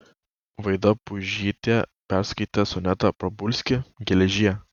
vaida puižytė perskaitė sonetą prabuski geležie